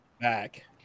back